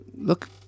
Look